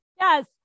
Yes